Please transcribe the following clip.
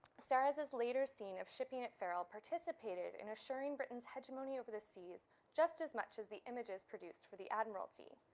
serres' later scene of shipping at ferrell participated in assuring britain's hegemony over the seas just as much as the images produced for the admiralty.